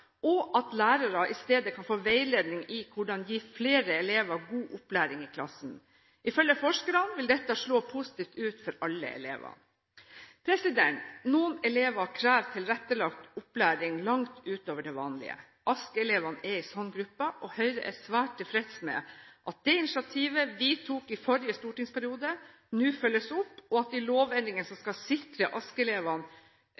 og at lærere i stedet kan få veiledning i hvordan gi flere elever god opplæring i klassen. Ifølge forskerne vil dette slå positivt ut for alle elevene. Noen elever krever tilrettelagt opplæring langt utover det vanlige. ASK-elevene er en slik gruppe, og Høyre er svært tilfreds med at det initiativet vi tok i forrige stortingsperiode, nå følges opp, og at de lovendringene som